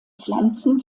pflanzen